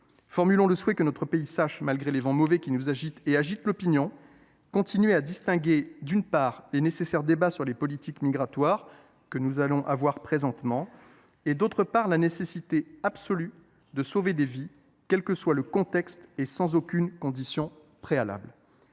Formulons le souhait que notre pays sache, malgré les vents mauvais qui nous agitent et agitent l’opinion, continuer de distinguer les nécessaires débats sur les politiques migratoires – tel celui que nous allons avoir ici – de la nécessité absolue de sauver des vies, quel que soit le contexte et sans aucune condition préalable.